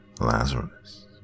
Lazarus